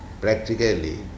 practically